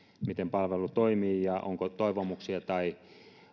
miten palvelu toimii ja onko toivomuksia tai